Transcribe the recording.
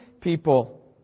people